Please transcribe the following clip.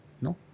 No